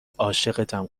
عاشقتم